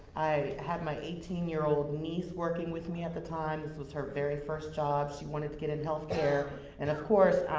i had my eighteen year old niece working with me at the time, this was her very first job, she wanted to get in healthcare and of course,